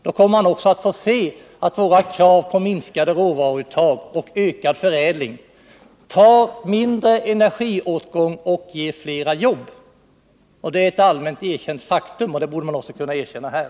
Då kommer han att få se att våra krav på minskade råvaruuttag och ökad förädling innebär mindre energiåtgång och fler jobb. Det är ett allmänt erkänt faktum, och det borde man också kunna erkänna här.